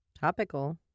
Topical